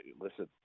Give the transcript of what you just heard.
Listen